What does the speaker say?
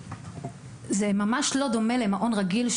זה ממש לא דומה למעון רגיל,